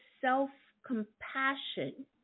self-compassion